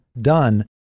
done